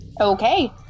Okay